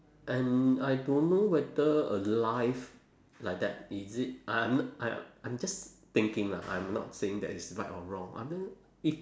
and I don't know whether a life like that is it I'm I I'm just thinking lah I'm not saying that it's right or wrong I mean if